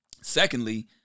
Secondly